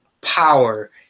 Power